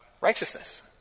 Righteousness